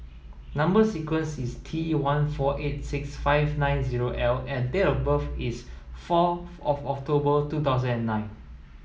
number sequence is T one four eight six five nine zero L and date of birth is fourth of October two thousand and nine